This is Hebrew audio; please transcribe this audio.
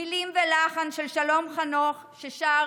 מילים ולחן של שלום חנוך, ששר